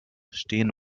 stehen